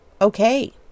okay